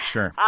Sure